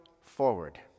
forward